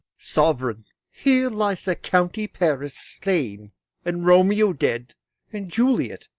sovereign, here lies the county paris slain and romeo dead and juliet,